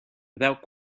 without